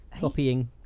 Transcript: Copying